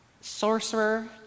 sorcerer